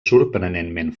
sorprenentment